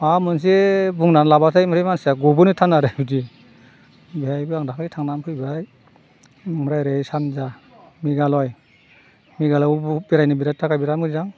माबा मोनसे बुंनानै लाबाथाय ओमफ्राय मानसिया गबोनो थान आरो बिदि बेहायबो आं दाखालि थांनानै फैबाय ओमफ्राय ओरै सानजा मेघालय मेघालयआव बेरायनो बिराद थाखाय बिराद मोजां